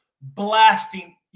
blasting